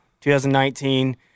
2019